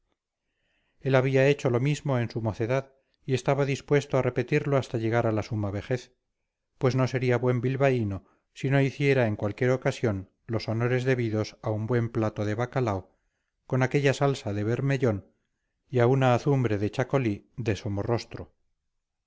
juvenil él había hecho lo mismo en su mocedad y estaba dispuesto a repetirlo hasta llegar a la suma vejez pues no sería buen bilbaíno si no hiciera en cualquier ocasión los honores debidos a un buen plato de bacalao con aquella salsa de bermellón y a una azumbre de chacolí de